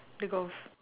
the golf